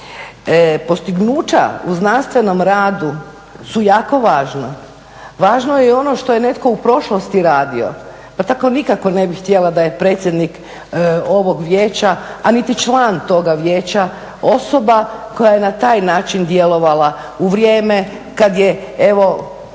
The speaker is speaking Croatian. postignuća u znanstvenom radu su jako važna. Važno je i ono što je netko u prošlosti radio pa tako nikako ne bih htjela da je predsjednik ovog vijeća, a niti član toga vijeća osoba koja je na taj način djelovala u vrijeme kad je evo